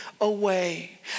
away